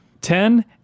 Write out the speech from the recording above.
Ten